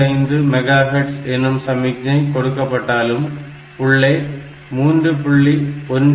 25 megahertz என்னும் சமிக்ஞை கொடுக்கப்பட்டாலும் உள்ளே 3